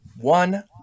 one